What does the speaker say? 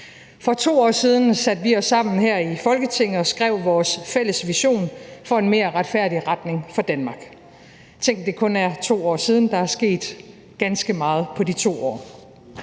For 2 år siden satte vi os sammen her i Folketinget og skrev vores fælles vision for en mere retfærdig retning for Danmark. Tænk, at det kun er 2 år siden – der er sket ganske meget på de 2 år.